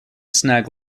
snag